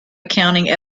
accounting